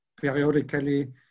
periodically